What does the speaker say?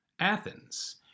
Athens